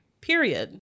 Period